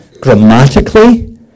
Grammatically